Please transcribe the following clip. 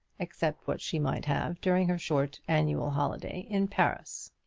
except what she might have during her short annual holiday in paris.